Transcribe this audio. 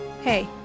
Hey